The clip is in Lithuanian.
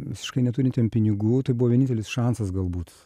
visiškai neturintiem pinigų tai buvo vienintelis šansas galbūt